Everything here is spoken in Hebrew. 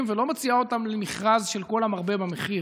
ולא מוציאה אותם למכרז של כל המרבה במחיר,